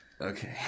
okay